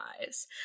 eyes